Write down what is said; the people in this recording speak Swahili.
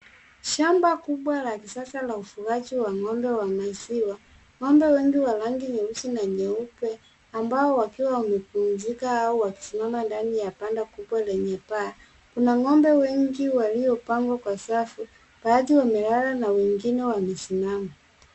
Shamba kubwa la kisasa la ufugaji wa ng'ombe wa maziwa. Ng'ombe wengi wa rangi nyeusi na nyeupe ambao wakiwa wamepumzika au wakisimama ndani ya banda kubwa lenye paa. Kuna ng'ombe wengi waliopangwa kwa safu, baadhi wamelala na wengine wamesimama.